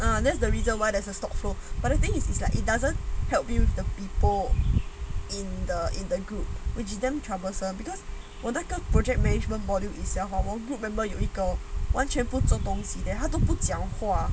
and that's the reason why there's a stock so but the thing is is like it doesn't help you with the people in the in the group which damn troublesome because 我那个 project management module 一下好不好 group member 有一个完全不做东西 then 他都不讲话